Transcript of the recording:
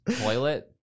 toilet